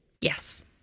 Yes